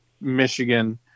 Michigan